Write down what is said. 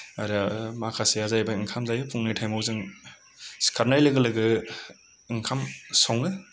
आरो माखासेया जाहैबाय ओंखाम जायो फुंनि टाइमाव जों सिखारनाय लोगो लोगो ओंखाम सङो